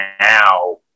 now